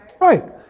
Right